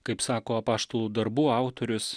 kaip sako apaštalų darbų autorius